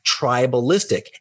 tribalistic